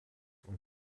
und